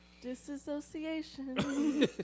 Disassociation